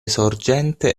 sorgente